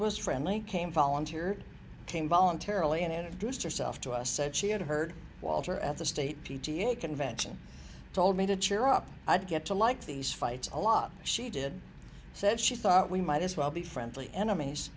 was friendly came volunteered came voluntarily and bruised herself to us said she had heard walter at the state p t a convention told me to cheer up i get to like these fights a lot she did said she thought we might as well be friendly enemies